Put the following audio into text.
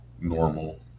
normal